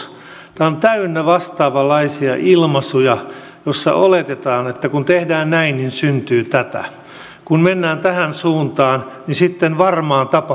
tämä on täynnä vastaavanlaisia ilmaisuja joissa oletetaan että kun tehdään näin niin syntyy tätä kun mennään tähän suuntaan niin sitten varmaan tapahtuu näin